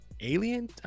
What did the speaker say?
alien